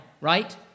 right